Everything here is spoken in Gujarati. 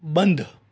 બંધ